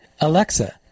Alexa